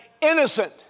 innocent